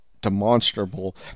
demonstrable